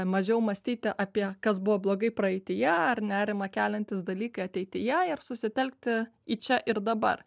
mažiau mąstyti apie kas buvo blogai praeityje ar nerimą keliantys dalykai ateityje ir susitelkti į čia ir dabar